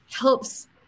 helps